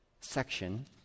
section